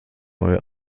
neue